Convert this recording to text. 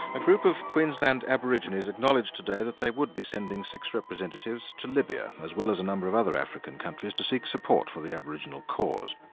a group of queensland aborigines acknowledged today that they would be sending six representatives to libya, as well as a number of other african countries, to seek support for the aboriginal cause.